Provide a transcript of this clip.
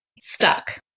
stuck